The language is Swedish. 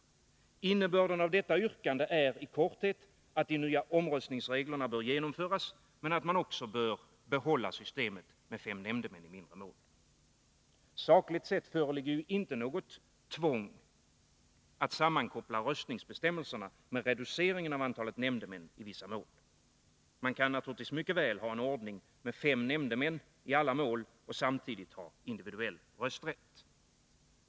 Innebörden av detta yrkande är i korthet att de nya omröstningsreglerna bör genomföras, men att man också bör behålla systemet med fem nämndemän i mindre mål. Sakligt sett föreligger ju inte något tvång att sammankoppla röstningsbestämmelserna med reduceringen av antalet nämndemän i vissa mål. Man kan naturligtvis mycket väl ha en ordning med fem nämndemän i alla mål och samtidigt ha individuell rösträtt.